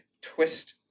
twist